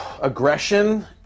aggression